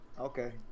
Okay